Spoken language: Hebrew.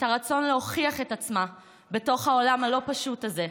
את הרצון להוכיח את עצמה בתוך העולם הלא-פשוט הזה,